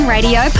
Radio